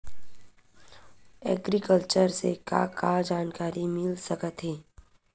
Agriculture से का का जानकारी मिल सकत हे?